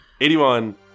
81